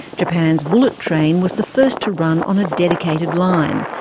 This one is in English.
japan's bullet train was the first to run on a dedicated line,